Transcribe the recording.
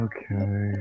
Okay